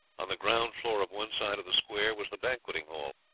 on the ground floor of one side of the square was the banqueting-hall.